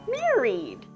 married